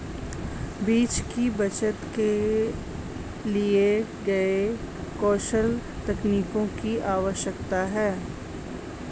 बीज की बचत के लिए नए कौशल तकनीकों की आवश्यकता है